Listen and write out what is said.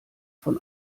von